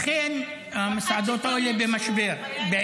לכן המסעדות האלה במשבר.